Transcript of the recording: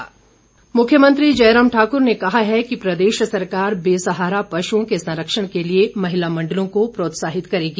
पश् संरक्षण मुख्यमंत्री जयराम ठाकुर ने कहा है कि प्रदेश सरकार बेसहारा पशुओं के संरक्षण के लिए महिला मंडलों को प्रोत्साहित करेगी